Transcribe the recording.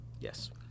Yes